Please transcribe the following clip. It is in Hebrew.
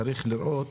צריך לראות